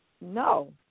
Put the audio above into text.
no